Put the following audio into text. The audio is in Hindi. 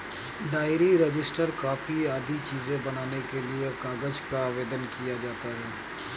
डायरी, रजिस्टर, कॉपी आदि चीजें बनाने के लिए कागज का आवेदन किया जाता है